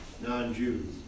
non-Jews